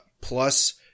Plus